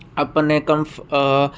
ਆਪਣੇ ਕਮ